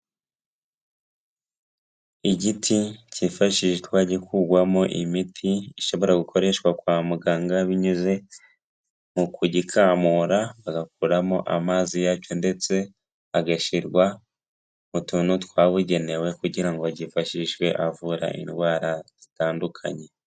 Igiti cyifashishwa gikurwamo imiti ishobora gukoreshwa kwa muganga, binyuze mu kugikamura bagakuramo amazi yacyo, ndetse agashyirwa mu tuntu twabugenewe, kugira ngo gifashishwe bavura indwara zitandukanye.